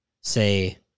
say